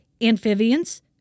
amphibians